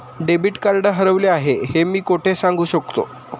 Debit card हरवले आहे हे मी कोठे सांगू शकतो?